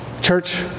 Church